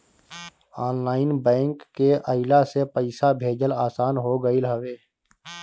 online bank के अइला से पईसा भेजल आसान हो गईल हवे